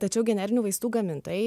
tačiau generinių vaistų gamintojai